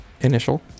initial